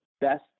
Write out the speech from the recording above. best